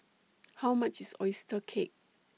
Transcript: How much IS Oyster Cake